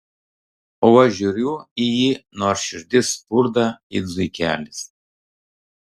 o aš žiūriu į jį nors širdis spurda it zuikelis